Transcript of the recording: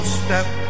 step